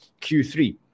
Q3